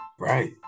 Right